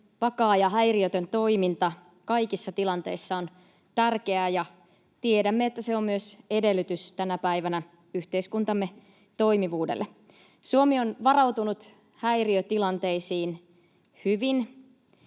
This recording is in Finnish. vakaa ja häiriötön toiminta kaikissa tilanteissa on tärkeää, ja tiedämme, että se on myös edellytys tänä päivänä yhteiskuntamme toimivuudelle. Suomi on varautunut häiriötilanteisiin hyvin,